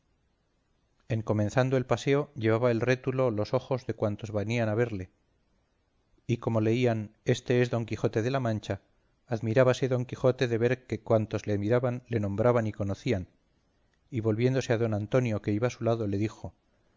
en comenzando el paseo llevaba el rétulo los ojos de cuantos venían a verle y como leían éste es don quijote de la mancha admirábase don quijote de ver que cuantos le miraban le nombraban y conocían y volviéndose a don antonio que iba a su lado le dijo